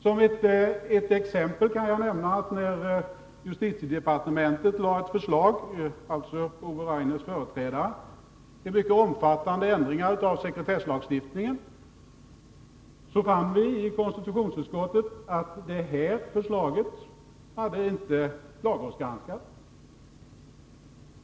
Som exempel kan jag nämna att när justitieministern — alltså Ove Rainers företrädare — lade fram ett förslag till mycket omfattande ändringar av sekretesslagstiftningen, fann vi i konstitutionsutskottet att förslaget inte hade lagrådsgranskats.